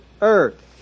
earth